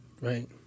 Right